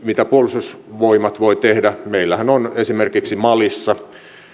mitä puolustusvoimat voi tehdä meillähän on esimerkiksi malissa